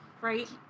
right